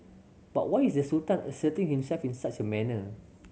but why is the Sultan asserting himself in such a manner